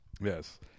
Yes